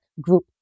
group